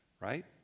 right